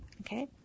Okay